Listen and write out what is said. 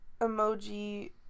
emoji